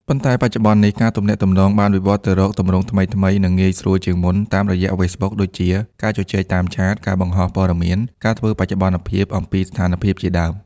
ប៉ុន្តែបច្ចុប្បន្ននេះ ការទំនាក់ទំនងបានវិវត្តទៅរកទម្រង់ថ្មីៗ និងងាយស្រួលជាងមុន តាមរយៈ Facebook ដូចជា ការជជែកតាមឆាត ការបង្ហោះព័ត៌មាន ការធ្វើបច្ចុប្បន្នភាពអំពីស្ថានភាព ជាដើម។